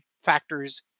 factors